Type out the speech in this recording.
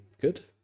good